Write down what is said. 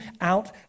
out